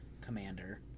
Commander